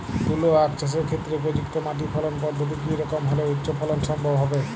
তুলো আঁখ চাষের ক্ষেত্রে উপযুক্ত মাটি ফলন পদ্ধতি কী রকম হলে উচ্চ ফলন সম্ভব হবে?